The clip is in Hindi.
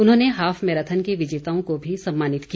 उन्होंने हाफ मैराथन के विजेताओं को भी सम्मानित किया